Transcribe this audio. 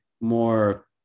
more